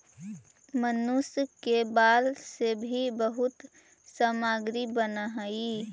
मनुष्य के बाल से भी बहुत सामग्री बनऽ हई